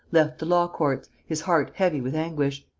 left the law-courts, his heart heavy with anguish.